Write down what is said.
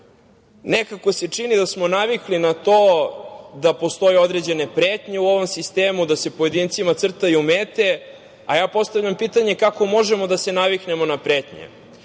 se čini da smo navikli na to postoje određene pretnje u ovom sistemu, da se pojedincima crtaju mete, a ja postavljam pitanje – kako možemo da se naviknemo na pretnje?